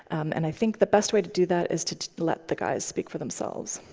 and i think the best way to do that is to to let the guys speak for themselves.